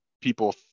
people